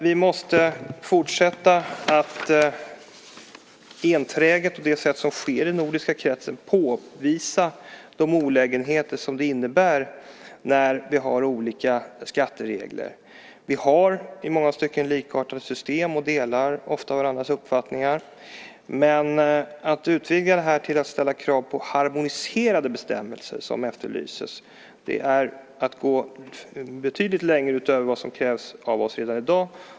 Vi måste i stället fortsätta att enträget, och på det sätt som sker i den nordiska kretsen, påvisa de olägenheter som det innebär när vi har olika skatteregler. Vi har i många stycken likartade system och delar ofta varandras uppfattningar, men att utvidga det till att ställa krav på harmoniserade bestämmelser, som efterlyses, är att gå betydligt längre än vad som redan i dag krävs av oss.